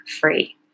free